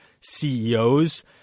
CEOs